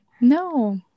No